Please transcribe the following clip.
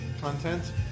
Content